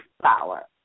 flower